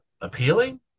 appealing